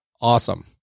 awesome